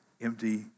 empty